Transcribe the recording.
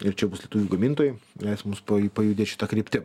ir čia bus lietuvių gamintojai leis mums pajudėt šita kryptim